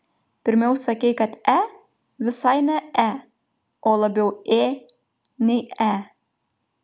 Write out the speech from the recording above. pirmiau sakei kad e visai ne e o labiau ė nei e